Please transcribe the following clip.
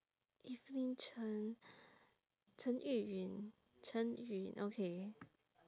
evelyn chen chen yu yun chen yun okay